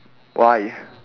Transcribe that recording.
why